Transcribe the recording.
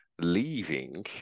leaving